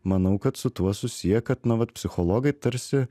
manau kad su tuo susiję kad na vat psichologai tarsi